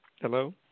Hello